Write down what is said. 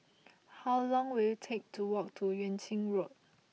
how long will it take to walk to Yuan Ching Road